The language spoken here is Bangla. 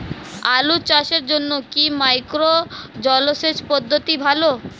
আলু চাষের জন্য কি মাইক্রো জলসেচ পদ্ধতি ভালো?